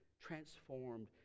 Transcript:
transformed